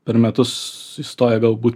per metus įstoja galbūt